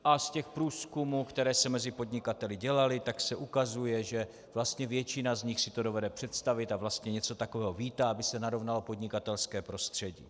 A z těch průzkumů, které jsme mezi podnikateli dělali, se ukazuje, že vlastně většina z nich si to dovede představit a vlastně něco takového vítá, aby se narovnalo podnikatelské prostředí.